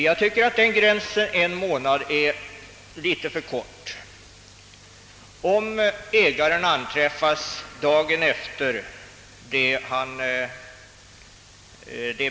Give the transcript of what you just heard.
Jag tycker att gränsen en månad är något för snäv.